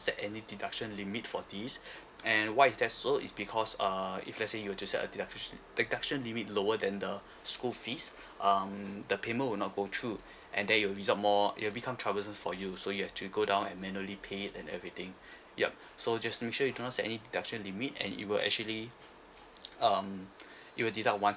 set any deduction limit for these and why is that so is because uh if let say you just set a deduct deduction limit lower than the school fees um the payment would not go through and then it will result more it'll become troublesome for you so you have to go down and manually pay and everything yup so just make sure you do not set any deduction limit and it will actually um it will deduct once